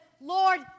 Lord